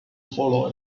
follow